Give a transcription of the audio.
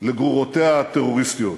לגרורותיה הטרוריסטיות.